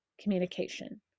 communication